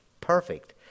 perfect